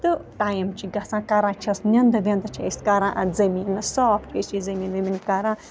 تہٕ ٹایم چھِ گژھان کَران چھس نٮ۪نٛدٕ وٮ۪نٛدٕ چھِ أسۍ کَران اَتھ زٔمیٖنَس صاف أسۍ چھِ زٔمیٖن ؤمیٖن کَران